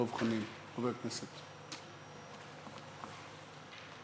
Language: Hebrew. חבר הכנסת דב חנין.